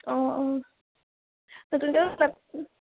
অঁ অঁ নতুনকৈ লেপটপটো